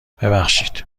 ببخشید